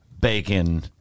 bacon